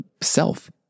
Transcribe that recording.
self